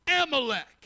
Amalek